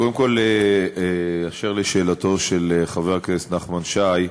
קודם כול, אשר לשאלתו של חבר הכנסת נחמן שי,